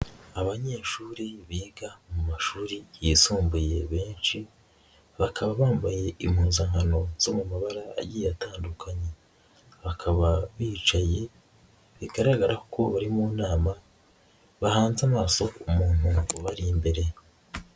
Abanyeshuri biga mu mashuri yisumbuye benshi, bakaba bambaye impuzankano zo mu mabara agiye atandukanye, bakaba bicaye bigaragara ko bari mu nama bahanze amaso umuntu ubari imbere.